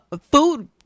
food